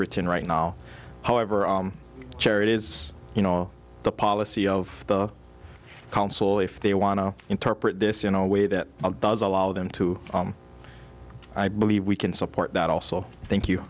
written right now however chair it is you know the policy of the council if they want to interpret this in a way that does allow them to i believe we can support that also thank you